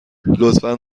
لطفا